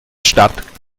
stadt